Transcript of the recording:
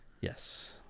Yes